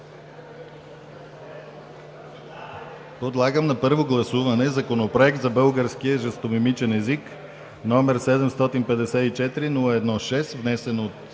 Подлагам на първо гласуване Законопроект за българския жестомимичен език, № 754-01-6, внесен от